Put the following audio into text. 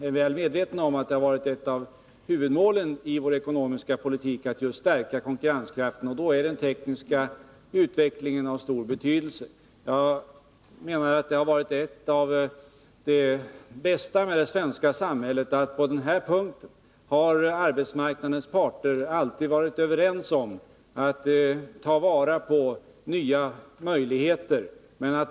Jag tycker att det i detta sammanhang kan finnas skäl att citera betänkandet Datateknik i industriproduktionen, avgivet av dataoch elektronikkommittén, som säger: ”Ny teknik med syfte att effektivisera produktionen får dels en volymeffekt som tenderar att öka sysselsättningen, dels en rationaliseringseffekt som innebär mindre arbetskraft per producerad enhet.